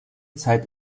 zeit